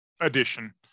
addition